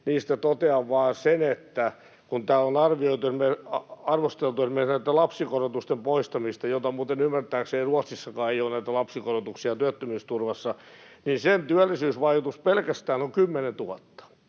niistä totean vaan sen, että kun täällä on arvosteltu meitä lapsikorotusten poistamisesta — muuten ymmärtääkseni Ruotsissakaan ei ole näitä lapsikorotuksia työttömyysturvassa — niin sen työllisyysvaikutus pelkästään on 10 000.